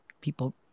people